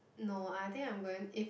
no I think I'm going eh